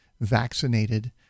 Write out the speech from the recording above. vaccinated